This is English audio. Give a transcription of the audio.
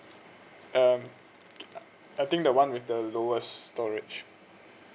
um uh I think the one with the lowest storage